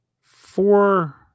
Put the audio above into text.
four